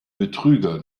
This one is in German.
betrüger